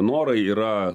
norai yra